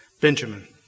Benjamin